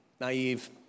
naive